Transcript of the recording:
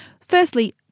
Firstly